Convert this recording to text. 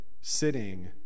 sitting